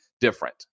different